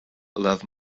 love